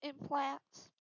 implants